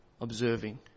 observing